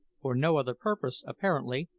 for no other purpose, apparently,